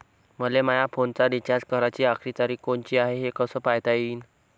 मले माया फोनचा रिचार्ज कराची आखरी तारीख कोनची हाय, हे कस पायता येईन?